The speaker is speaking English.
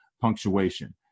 punctuation